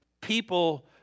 people